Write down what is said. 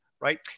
right